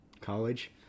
College